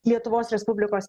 lietuvos respublikos